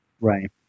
right